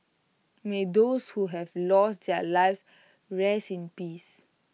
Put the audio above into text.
may those who have lost their lives rest in peace